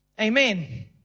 Amen